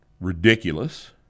ridiculous